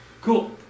cool